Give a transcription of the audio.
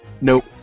Nope